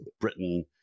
Britain